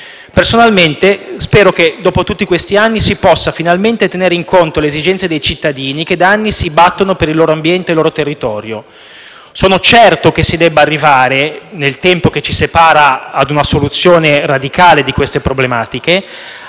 Personalmente spero che, dopo tutti questi anni, si possa finalmente tenere in conto le esigenze dei cittadini, che da anni si battono per il loro ambiente e il loro territorio. Sono certo che si debba arrivare, nel tempo che ci separa da una soluzione radicale di queste problematiche,